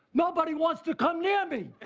nobody wants to come near me.